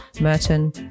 Merton